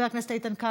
חברת הכנסת קסניה